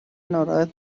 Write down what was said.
ناراحت